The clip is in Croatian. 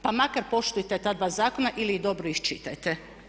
Pa makar poštujte ta dva zakona ili ih dobro iščitajte.